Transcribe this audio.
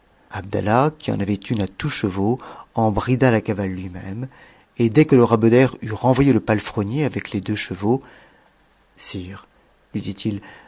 abdallah qui en avait une à tous chevaux en brida la cavale lui-même et dès que le roi beder eut renvoyé le palefrenier avec les deux chevaux sire lui dit-il